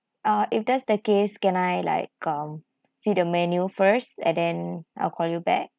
uh if that's the case can I like um see the menu first and then I'll call you back